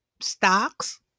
stocks